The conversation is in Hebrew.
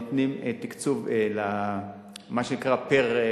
לא באמצעות זה אנחנו נותנים תקצוב למה שנקרא פר-אדם,